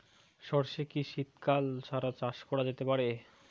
সর্ষে কি শীত কাল ছাড়া চাষ করা যেতে পারে?